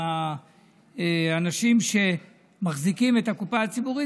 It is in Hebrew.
עם האנשים שמחזיקים את הקופה הציבורית,